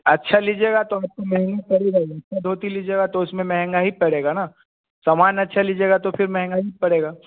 अच्छा लीजिएगा तो तो महंगा पड़ेगा ही उसमें दो तीन लीजिएगा तो उसमें महंगा ही पड़ेगा ना सामान अच्छा लीजिएगा तो फ़िर महंगा ही पड़ेगा